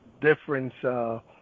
difference –